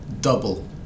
double